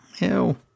Ew